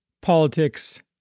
politics